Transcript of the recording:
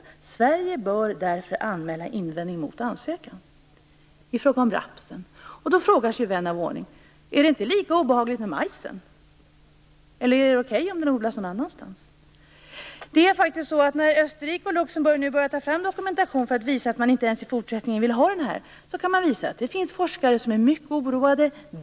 Vidare sägs det att Sverige därför bör anmäla invändning mot en ansökan i fråga om rapsen. Då frågar sig vän av ordning: Är det inte lika obehagligt med majsen? Eller är den okej, om den odlas någon annanstans? När Österrike och Luxemburg nu börjar ta fram dokumentation för att visa att de inte vill ha majsen i fortsättningen heller kommer det fram att det finns forskare som är mycket oroade.